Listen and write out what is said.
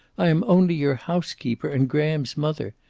i am only your housekeeper, and graham's mother.